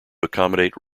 accommodate